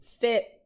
fit